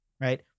right